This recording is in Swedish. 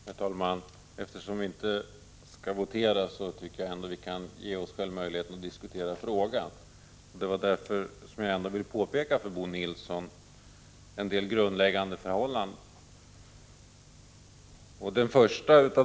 Herr talman! Eftersom vi inte skall votera i detta ärende kan vi ge oss möjligheten att diskutera frågan. Jag vill därför påpeka en del grundläggande förhållanden för Bo Nilsson.